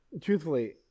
truthfully